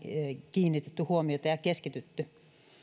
kiinnitetty huomiota ja keskitytty